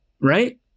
Right